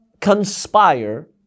conspire